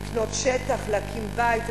לקנות שטח, להקים בית.